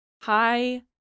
hi